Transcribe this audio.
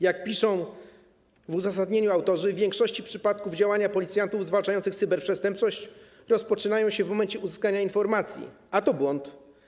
Jak piszą w uzasadnieniu autorzy, w większości przypadków działania policjantów zwalczających cyberprzestępczość rozpoczynają się w momencie uzyskania informacji, a to błąd.